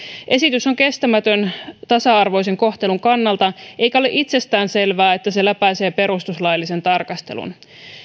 esitys on kestämätön tasa arvoisen kohtelun kannalta eikä ole itsestäänselvää että se läpäisee perustuslaillisen tarkastelun